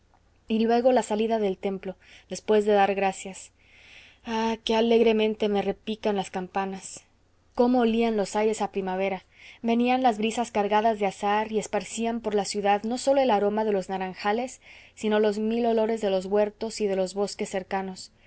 y luego la salida del templo después de dar gracias ah qué alegremente que repicaban las campanas cómo olían los aires a primavera venían las brisas cargadas de azahar y esparcían por la ciudad no sólo el aroma de los naranjales sino los mil olores de los huertos y de los bosques cercanos